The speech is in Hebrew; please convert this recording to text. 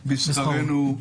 בשכרנו.